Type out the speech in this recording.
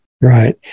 Right